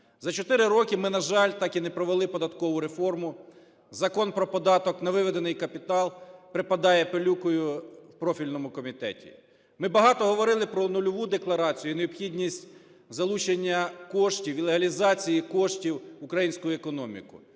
За 4 роки ми, на жаль, так і не провели податкову реформу, Закон про податок на виведений капітал припадає пилюкою в профільному комітеті. Ми багато говорили про нульову декларацію і необхідність залучення коштів, легалізації коштів в українську економіку.